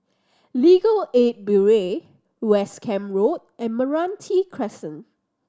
Legal Aid Bureau West Camp Road and Meranti Crescent